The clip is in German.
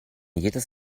jedes